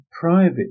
private